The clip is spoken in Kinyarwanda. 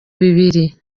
bibiri